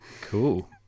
Cool